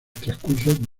transcurso